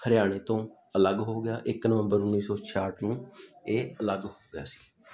ਹਰਿਆਣੇ ਤੋਂ ਅਲੱਗ ਹੋ ਗਿਆ ਇੱਕ ਨਵੰਬਰ ਉੱਨੀ ਸੌ ਛਿਆਹਠ ਨੂੰ ਇਹ ਅਲੱਗ ਹੋ ਗਿਆ ਸੀ